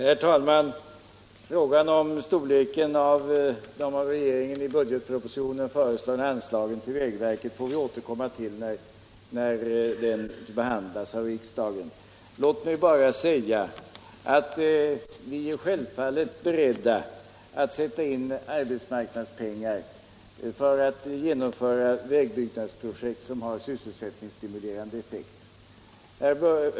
Herr talman! Frågan om storleken av de av regeringen i budgetpropositionen begärda anslagen till vägverket får vi återkomma till när de behandlas av riksdagen. Låt mig bara säga att vi självfallet är beredda att sätta in arbetsmarknadspengar för att genomföra vägbyggnadsprojekt som har sysselsättningsstimulerande effekt.